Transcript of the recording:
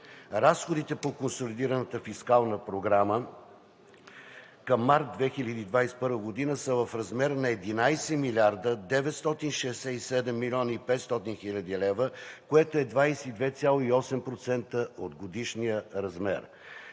Разходите по Консолидираната фискална програма към март 2021 г. са в размер на 11 млрд. 967 млн. 500 хил. лв., което е 22, 8% от годишния размер.